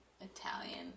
Italian